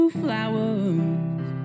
flowers